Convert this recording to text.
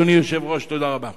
אדוני היושב-ראש, תודה רבה.